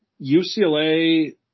UCLA